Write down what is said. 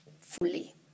fully